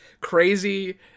crazy